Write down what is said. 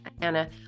Anna